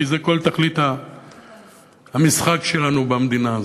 כי זה כל תכלית המשחק שלנו במדינה הזאת.